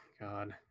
God